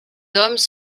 hommes